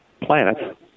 planets